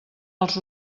els